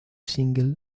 single